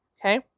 Okay